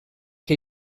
que